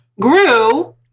grew